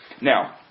Now